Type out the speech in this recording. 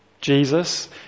Jesus